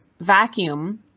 vacuum